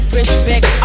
respect